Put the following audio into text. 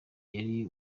yari